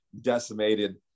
decimated